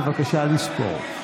בבקשה לספור.